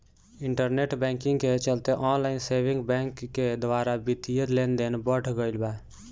internet banking के चलते online saving bank के द्वारा बित्तीय लेनदेन बढ़ गईल बा